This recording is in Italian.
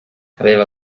aveva